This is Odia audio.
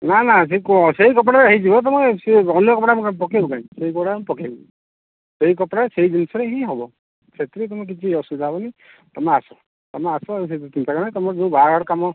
ନା ନା ସେଇ କ ସେଇ କପଡ଼ାରେ ହେଇଯିବ ତୁମେ ସିଏ ଅନ୍ୟ କପଡ଼ା ମୁଁ କାଇଁ ପକେଇବୁ କାଇଁ ସେଇ କପଡ଼ା ମୁଁ ପକେଇବି ସେଇ କପଡ଼ା ସେଇ ଜିନିଷ ହିଁ ହେବ ସେଥିରେ ତୁମର କିଛି ଅସୁବିଧା ହେବନି ତୁମେ ଆସ ତୁମେ ଆସ ସେଇ କିଛି ଚିନ୍ତା କରନି ତୁମର ଯେଉଁ ବାହାଘର କାମ